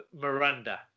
Miranda